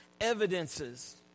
evidences